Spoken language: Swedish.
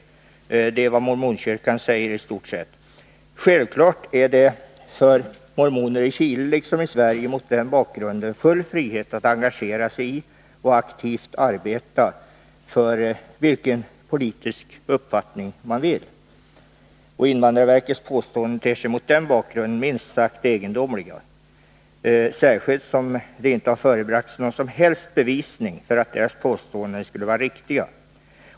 Det är i stort sett vad mormonkyrkan säger. Självfallet har mormoner i Chile liksom i Sverige mot denna bakgrund full frihet att engagera sig och aktivt arbeta för vilken politisk uppfattning de vill. Invandrarverkets påståenden ter sig därför minst sagt egendomliga, särskilt som det inte har förebragts några som helst bevis för att verkets påståenden skulle vara riktiga.